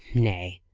nay,